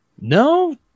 no